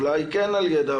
אולי כן ידע,